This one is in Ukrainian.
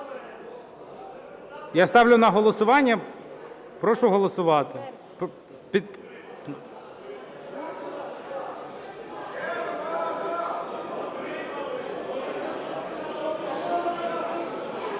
Я ставлю на голосування. Прошу голосувати.